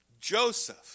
Joseph